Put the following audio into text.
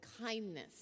kindness